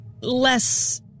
less